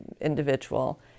individual